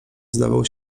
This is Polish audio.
zdawał